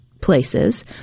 places